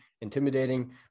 intimidating